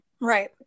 Right